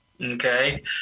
Okay